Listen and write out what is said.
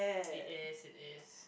it is it is